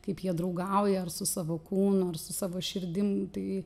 kaip jie draugauja ar su savo kūnu ar su savo širdim tai